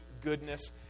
goodness